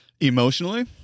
Emotionally